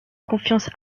confiance